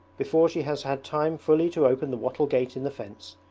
before she has had time fully to open the wattle gate in the fence,